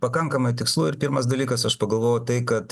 pakankamai tikslu ir pirmas dalykas aš pagalvojau tai kad